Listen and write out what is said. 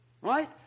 right